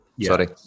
Sorry